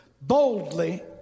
boldly